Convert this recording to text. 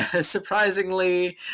surprisingly